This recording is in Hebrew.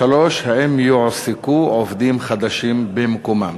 האם יועסקו עובדים חדשים במקומם?